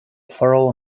plural